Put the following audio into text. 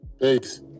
thanks